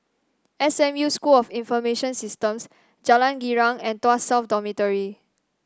S M U School of Information Systems Jalan Girang and Tuas South Dormitory